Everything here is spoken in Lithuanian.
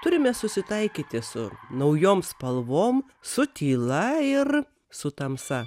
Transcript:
turime susitaikyti su naujom spalvom su tyla ir su tamsa